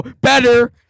better